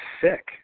sick